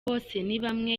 bosenibamwe